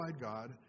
God